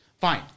Fine